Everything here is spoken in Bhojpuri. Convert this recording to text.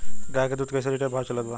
गाय के दूध कइसे लिटर भाव चलत बा?